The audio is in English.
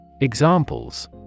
Examples